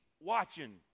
watching